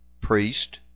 priest